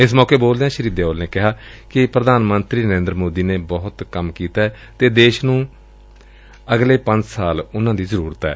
ਇਸ ਮੌਕੇ ਬੋਲਦਿਆਂ ਸ੍ਰੀ ਦਿਉਲ ਨੇ ਕਿਹਾ ਕਿ ਪ੍ਧਾਨ ਮੰਤਰੀ ਨਰੇ ਂਦਰ ਮੋਦੀ ਨੇ ਬਹੁਤ ਕੰਮ ਕੀਤੈ ਅਤੇ ਦੇਸ਼ ਨੂੰ ਅਗਲੇ ਪੰਜ ਸਾਲ ਉਨੂਾਂ ਦੀ ਜ਼ਰੂਰਤ ਏ